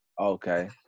Okay